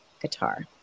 guitar